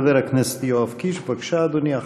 חבר הכנסת יואב קיש, בבקשה, אדוני.